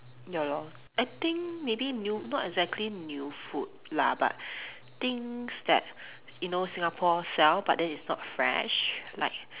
ya lor I think maybe new not exactly new food lah but things that you know Singapore sell but then it's not fresh like